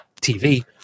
TV